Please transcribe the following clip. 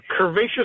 curvaceous